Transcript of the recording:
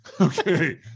Okay